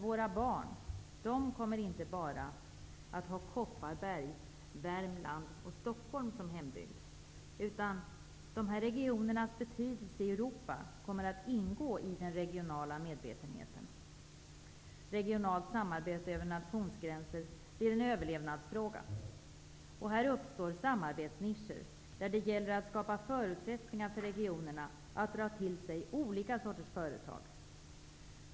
Våra barn kommer inte bara att ha Kopparberg, Värmland och Stockholm som hembygd, utan dessa regioners betydelse i Europa kommer att ingå i den regionala medvetenheten. Regionalt samarbete över nationsgränser blir en överlevnadsfråga. Här uppstår samarbetsnischer, där det gäller att skapa förutsättningar för regionerna att dra till sig olika sorters företag.